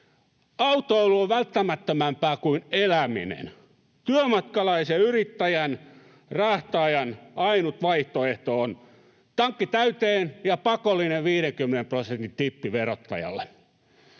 Autoilu on välttämättömämpää kuin eläminen. Työmatkalaisen, yrittäjän ja rahtaajan ainut vaihtoehto on tankki täyteen ja pakollinen 50 prosentin tippi verottajalle.